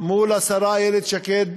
מול השרה איילת שקד